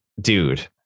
dude